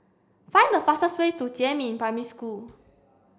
find the fastest way to Jiemin Primary School